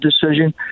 decision